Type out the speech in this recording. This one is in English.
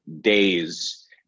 days